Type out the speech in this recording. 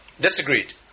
disagreed